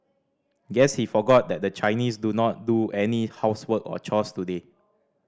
guess he forgot that the Chinese do not do any housework or chores today